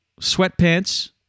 sweatpants